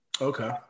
Okay